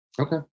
Okay